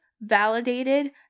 validated